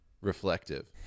reflective